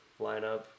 lineup